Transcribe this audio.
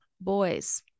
boys